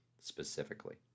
specifically